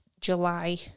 July